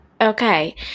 Okay